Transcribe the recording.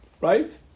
Right